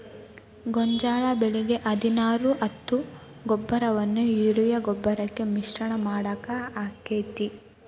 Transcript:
ಗೋಂಜಾಳ ಬೆಳಿಗೆ ಹದಿನಾರು ಹತ್ತು ಗೊಬ್ಬರವನ್ನು ಯೂರಿಯಾ ಗೊಬ್ಬರಕ್ಕೆ ಮಿಶ್ರಣ ಮಾಡಾಕ ಆಕ್ಕೆತಿ?